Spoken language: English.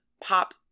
pop